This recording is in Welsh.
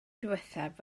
ddiwethaf